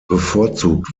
bevorzugt